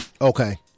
Okay